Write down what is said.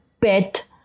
pet